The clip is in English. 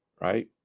right